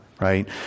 right